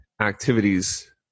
activities